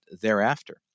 thereafter